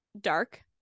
dark